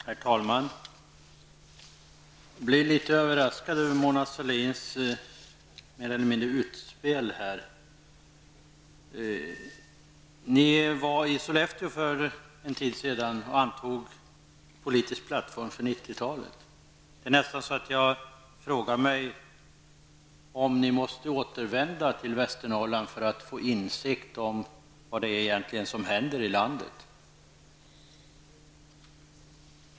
Herr talman! Jag blev litet överraskad över Mona Sahlins utspel. Socialdemokraterna var i Sollefteå för en tid sedan och antog en politisk plattform för 90-talet. Jag frågar mig om ni måste återvända till Västernorrland för att få insikt i vad det är som egentligen händer i landet.